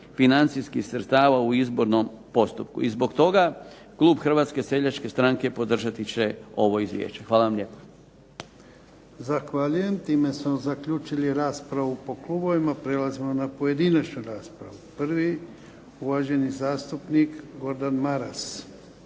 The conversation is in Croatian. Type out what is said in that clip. financijskih sredstava u izbornom postupku. I zbog toga klub HSS-a podržati će ovo izvješće. Hvala vam lijepa.